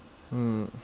mm